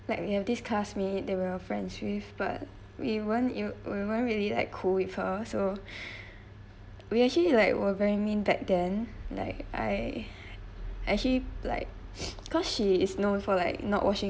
like we have this classmate that we were friends with but we weren't we weren't really like cool with her so we actually like we're very mean back then like I actually like cause she is known for like not washing